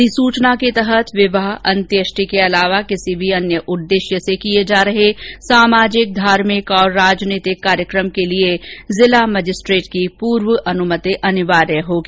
अधिसूचना के तहत विवाह और अंतेष्टी के अलावा किसी भी अन्य उद्देश्य से किये जा रहे सामाजिक धार्मिक और राजनीतिक कार्यक्रम के लिये जिला मजिस्ट्रेट की पूर्व अनुमति अनिवार्य होगी